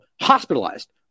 hospitalized